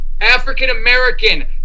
African-American